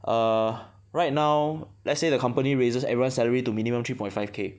err right now let's say the company raises everyone's salary to minimum three point five K